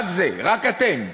רק זה, רק אתם.